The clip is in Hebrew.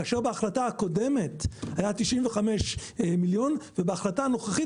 כאשר בהחלטה הקודמת היו 95 מיליון ובהחלטה הנוכחית